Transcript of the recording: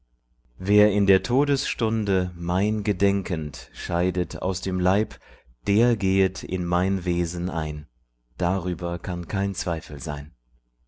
wer in der todesstunde mein gedenkend scheidet aus dem leib der gehet in mein wesen ein darüber kann kein zweifel sein